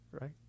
right